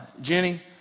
Jenny